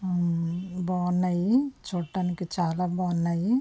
బాగున్నాయి చూడటానికి చాలా బాగున్నాయి